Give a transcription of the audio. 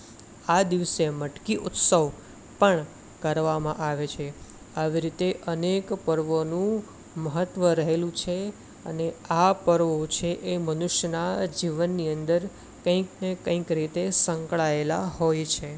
આ દિવસે મટકી ઉત્સવ પણ કરવામાં આવે છે આવી રીતે અનેક પર્વોનું મહત્ત્વ રહેલું છે અને આ પર્વો મનુષ્યના જીવનની અંદર કંઈક ને કંઈક રીતે સંકળાયેલા હોય છે